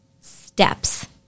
steps